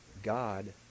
god